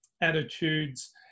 attitudes